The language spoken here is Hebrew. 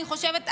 אני חושבת,